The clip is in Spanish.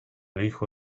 hijo